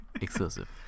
exclusive